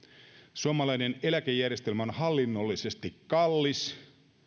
suomalainen eläkejärjestelmä on hallinnollisesti kallis